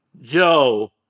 Yo